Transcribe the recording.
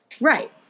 right